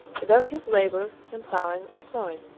without his labor in ploughing or sowing.